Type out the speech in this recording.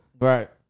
Right